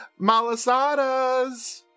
Malasadas